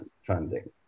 funding